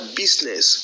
business